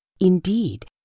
Indeed